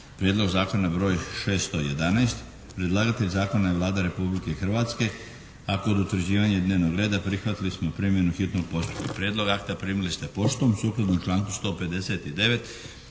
čitanje P.Z. br. 611. Predlagatelj Zakona je Vlada Republike Hrvatske, a kod utvrđivanja dnevnog reda prihvatili smo primjenu hitnog postupka. Prijedlog akta primili ste poštom sukladno članku 159.